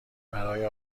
برای